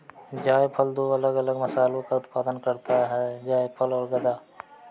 जायफल दो अलग अलग मसालों का उत्पादन करता है जायफल और गदा